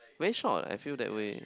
very short I feel that way